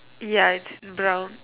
ya it's brown